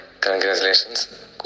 congratulations